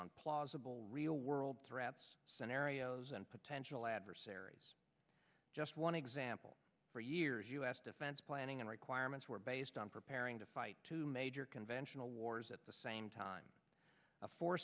on plausible real world threats scenarios and potential adversaries just one example for years u s defense planning and requirements were based on preparing to fight two major conventional wars at the same time a fo